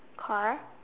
car